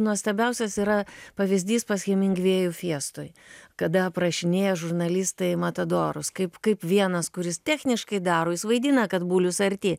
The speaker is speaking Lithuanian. nuostabiausias yra pavyzdys pas hemingvėjų fiestoj kada aprašinėja žurnalistai matadorus kaip kaip vienas kuris techniškai daro jis vaidina kad bulius arti